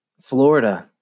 Florida